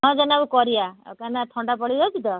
ହଁ ଜେନା ବାବୁ କରିବା ଆଉ କାହିଁକିନା ଥଣ୍ଡା ପଡ଼ି ଯାଉଛି ତ